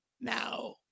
now